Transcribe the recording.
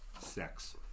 sex